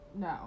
No